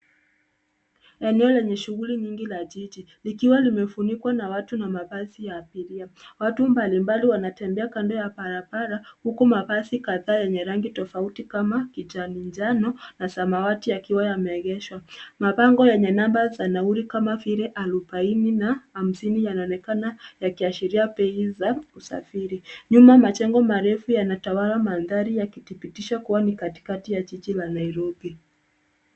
Eneo lenye shughuli nyingi la jiji, likiwa limefunikwa na watu na mabasi ya abiria. Watu mbalimbali wanatembea kando ya barabara. Huku mabasi kadhaa yenye rangi tofauti kama kijani njano na samawati yakiwa yamegeshwa. Mabango yenye namba za nauli kama vile arubaini na hamsini yanaonekana yakiashiria bei za usafiri. Nyuma majengo marefu yana tawala mandhari yakidhibitisha kuwa ni katikati ya jiji la Nairobi.